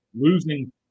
losing